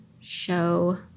show